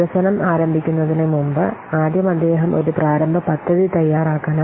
വികസനം ആരംഭിക്കുന്നതിനുമുമ്പ് ആദ്യം അദ്ദേഹം ഒരു പ്രാരംഭ പദ്ധതി തയ്യാറാക്കണം